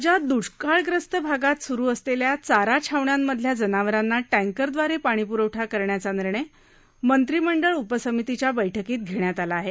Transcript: राज्यात द्वष्काळग्रस्त भागात स्रू असलेल्या चारा छावण्यांमधल्या जनावरांना टँकरदवारे पाणी प्रवठा करण्याचा निर्णय मंत्रिमंडळ उपसमितीच्या बैठकीत घेण्यात आला आहे